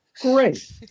great